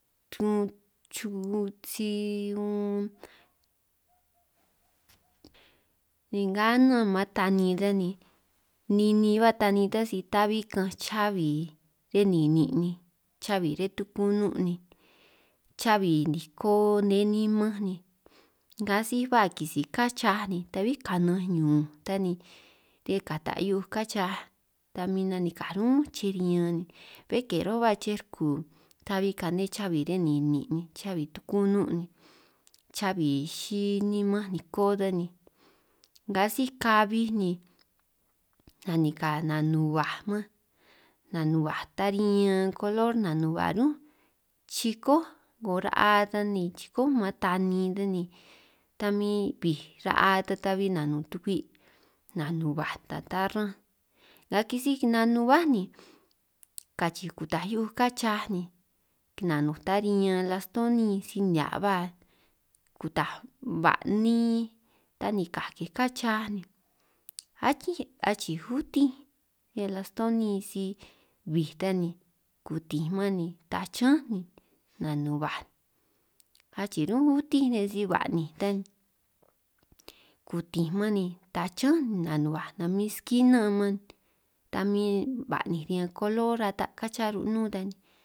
Chrun chun si unn ni nga anan man tani ta ni ninin ba tani ta si ta'bi ka'anj chabi renenin' ni, chabi riñan tuku'nun' ni, chabi niko nne nimanj ni, nga si baj kisij kánj chihiaj ni, ta'bi kananj ñunj ta ni ti ñan kata' hiu'uj kánj chihiaj ta min nanikaj ñún chej riñanj ni, bé ke ro' ba chej rku tabi kane chabi riñan ninin' ni, chabi tuku'nun' ni, chabi xij nimanj niko ta ni, nga sij kabij ni nanika nanuhuaj man nanuhuaj ta riñan kolor nanuhua ñún chikó 'ngo ra'a ta ni, chikoj man tanin ta min, bij ra'a ta ta ta'bi nanun tukwi' nanun ba'ninj ta tara'anj, nga kisij nanuhuá ni kachiij kutaj hiu'uj kán chaaj ni kinano' ta riñan lastoni si nihia' ba kutaj, ba'nin tanikaj kej kán chaaj ni achii utinj riñan lastoni si bij ta ni kutinj man ni tachán ni nanubaj, kachii ñún utin' nej si ba'ninj ta ni kutinj man ni tachánj nanuhuaj namin skina man, ta min ba'ninj riñan kolor ata' kán chihia ru'nun ta ni.